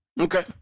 okay